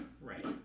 Right